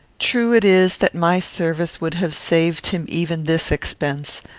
true it is, that my service would have saved him even this expense,